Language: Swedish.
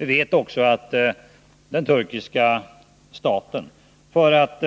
Vi vet också att den turkiska staten, för att